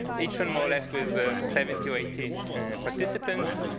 each one more or less with seventy or eighty participants.